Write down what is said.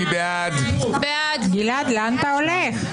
שגית, לפעמים יש כאלה מצבים שכבר הלכו הלאה,